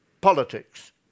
politics